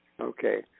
Okay